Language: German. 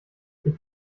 ich